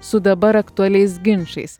su dabar aktualiais ginčais